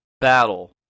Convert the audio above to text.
Battle